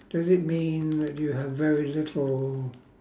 does it mean that you have very little